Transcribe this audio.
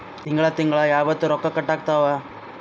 ತಿಂಗಳ ತಿಂಗ್ಳ ಯಾವತ್ತ ರೊಕ್ಕ ಕಟ್ ಆಗ್ತಾವ?